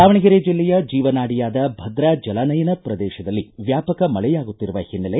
ದಾವಣಗೆರೆ ಜಿಲ್ಲೆಯ ಜೀವನಾಡಿಯಾದ ಭದ್ರಾ ಜಲಾನಯನ ಪ್ರದೇಶದಲ್ಲಿ ವ್ಯಾಪಕ ಮಳೆಯಾಗುತ್ತಿರುವ ಹಿನ್ನೆಲೆ